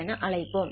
என அழைப்போம்